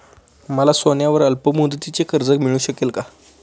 मला सोन्यावर अल्पमुदतीचे कर्ज मिळू शकेल का?